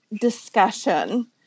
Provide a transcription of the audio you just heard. discussion